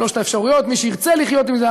שלוש האפשרויות: מי שירצה לחיות עם זה,